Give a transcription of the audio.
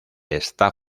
está